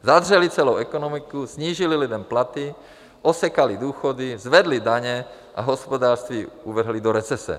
Zadřely celou ekonomiku, snížily lidem platy, osekaly důchody, zvedly daně a hospodářství uvrhly do recese.